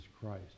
Christ